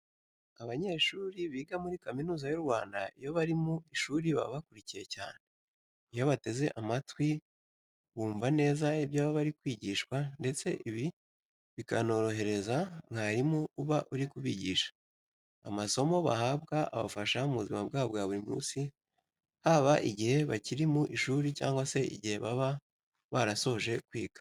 Abanyeshuri biga muri Kaminuza y'u Rwanda iyo bari mu ishuri baba bakurikiye cyane. Iyo bateze amatwi, bumva neza ibyo baba bari kwigishwa ndetse ibi bikanorohereza umwarimu uba uri kubigisha. Amasomo bahabwa abafasha mu buzima bwabo bwa buri munsi haba igihe baba bakiri mu ishuri cyangwa se igihe baba barasoje kwiga.